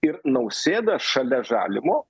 ir nausėda šalia žalimo